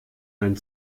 ein